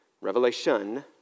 Revelation